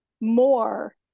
more